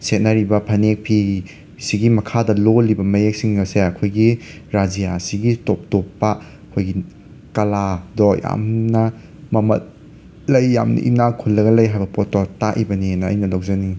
ꯁꯦꯠꯅꯔꯤꯕ ꯐꯅꯦꯛ ꯐꯤ ꯁꯤꯒꯤ ꯃꯈꯥꯗ ꯂꯣꯜꯂꯤꯕ ꯃꯌꯦꯛꯁꯤꯡ ꯑꯁꯦ ꯑꯩꯈꯣꯏꯒꯤ ꯔꯥꯖ꯭ꯌꯥ ꯑꯁꯤꯒꯤ ꯇꯣꯞ ꯇꯣꯞꯄ ꯑꯩꯈꯣꯏꯒꯤ ꯀꯥꯂꯥꯗꯣ ꯌꯥꯝꯅ ꯃꯃꯜ ꯂꯩ ꯌꯥꯝꯅ ꯏꯅꯥꯛ ꯈꯨꯜꯂꯥꯒ ꯂꯩ ꯍꯥꯏꯕ ꯄꯣꯠꯇꯣ ꯇꯥꯛꯏꯕꯅꯦꯅ ꯑꯩꯅ ꯂꯧꯖꯅꯤꯡꯉꯤ